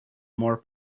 more